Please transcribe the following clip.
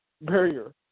barrier